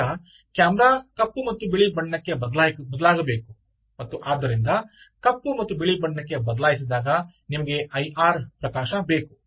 ನಂತರ ಕ್ಯಾಮೆರಾ ಕಪ್ಪು ಮತ್ತು ಬಿಳಿ ಬಣ್ಣಕ್ಕೆ ಬದಲಾಗಬೇಕು ಮತ್ತು ಆದ್ದರಿಂದ ಕಪ್ಪು ಮತ್ತು ಬಿಳಿ ಬಣ್ಣಕ್ಕೆ ಬದಲಾಯಿಸಿದಾಗ ನಿಮಗೆ ಐಆರ್ ಪ್ರಕಾಶ ಬೇಕು